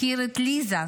הכיר את ליזה,